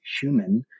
human